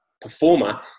performer